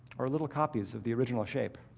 are little copies of the original shape.